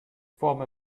former